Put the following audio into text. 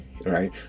right